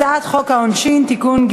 הצעת חוק העונשין (תיקון,